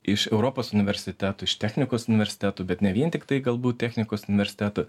iš europos universitetų iš technikos universitetų bet ne vien tiktai galbūt technikos universitetų